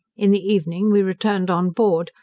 in the evening we returned on board,